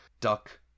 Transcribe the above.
duck